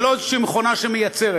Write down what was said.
זה לא איזושהי מכונה שמייצרת,